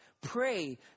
pray